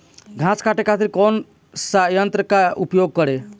घास काटे खातिर कौन सा यंत्र का उपयोग करें?